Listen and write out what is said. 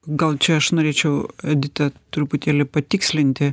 gal čia aš norėčiau editą truputėlį patikslinti